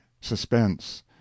suspense